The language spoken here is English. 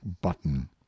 button